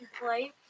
play